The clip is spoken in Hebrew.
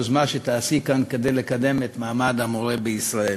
יוזמה שתעשי כאן כדי לקדם את מעמד המורה בישראל.